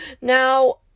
Now